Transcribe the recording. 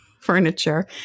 furniture